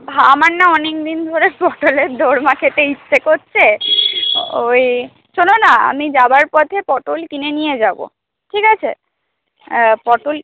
আমার না অনেকদিন ধরে পটলের দোরমা খেতে ইচ্ছে করছে ওই শোনো না আমি যাবার পথে পটল কিনে নিয়ে যাব ঠিক আছে পটল